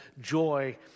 joy